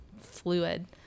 fluid